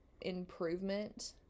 improvement